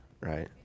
right